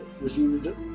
resumed